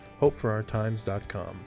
hopeforourtimes.com